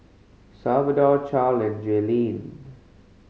Salvador Charle and Jaelynn